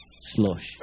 slush